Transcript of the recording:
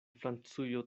francujo